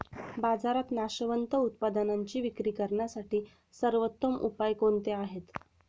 बाजारात नाशवंत उत्पादनांची विक्री करण्यासाठी सर्वोत्तम उपाय कोणते आहेत?